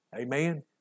Amen